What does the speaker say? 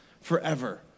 forever